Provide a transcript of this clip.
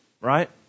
right